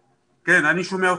לכם,